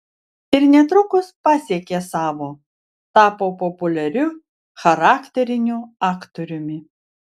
ir netrukus pasiekė savo tapo populiariu charakteriniu aktoriumi